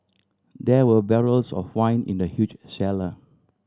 there were barrels of wine in the huge cellar